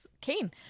keen